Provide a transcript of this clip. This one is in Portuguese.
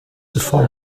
fogo